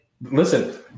listen